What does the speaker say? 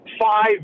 five